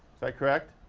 that correct?